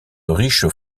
riche